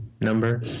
number